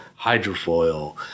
hydrofoil